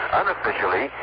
Unofficially